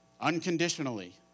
unconditionally